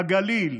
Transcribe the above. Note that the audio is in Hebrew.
בגליל,